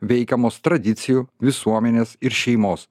veikiamos tradicijų visuomenės ir šeimos